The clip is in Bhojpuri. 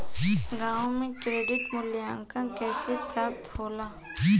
गांवों में क्रेडिट मूल्यांकन कैसे प्राप्त होला?